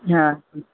हा